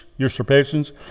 Usurpations